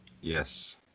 Yes